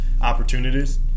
opportunities